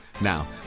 Now